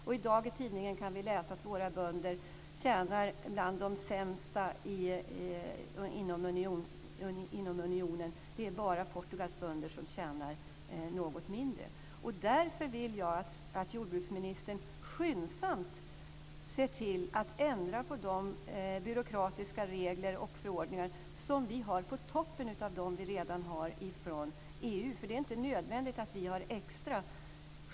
Och i dag i tidningen kan vi läsa att våra bönder har bland de lägsta inkomsterna inom unionen. Det är bara Portugals bönder som tjänar något mindre. Därför vill jag att jordbruksministern skyndsamt ser till att ändra på de byråkratiska regler och förordningar vi har på toppen av dem vi redan har från EU. Det är inte nödvändigt att vi har extra.